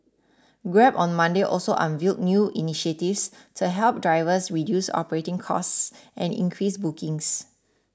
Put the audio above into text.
grab on Monday also unveiled new initiatives to help drivers reduce operating costs and increase bookings